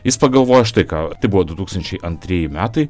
jis pagalvojo štai ką tai buvo du tūkstančiai antrieji metai